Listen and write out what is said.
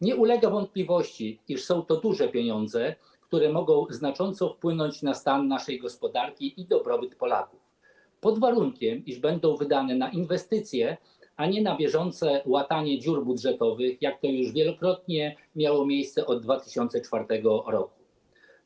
Nie ulega wątpliwości, iż są to duże pieniądze, które mogą znacząco wpłynąć na stan naszej gospodarki i dobrobyt Polaków pod warunkiem, iż będą wydane na inwestycje, a nie na bieżące łatanie dziur budżetowych, jak to już wielokrotnie miało miejsce od 2004 r.